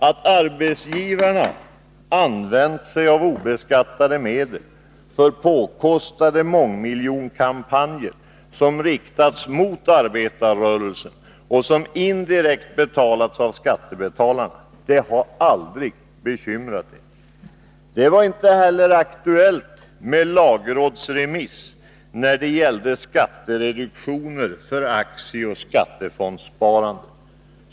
Att arbetsgivarna använt sig av obeskattade medel för påkostade mångmiljonkampanjer, som riktas mot arbetarrörelsen och som indirekt betalas av skattebetalarna, det har aldrig bekymrat er. Det var inte heller aktuellt med lagrådsremiss när det gällde skattereduktioner för aktieoch skattefondssparande.